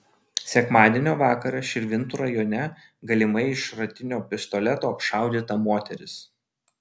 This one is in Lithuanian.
sekmadienio vakarą širvintų rajone galimai iš šratinio pistoleto apšaudyta moteris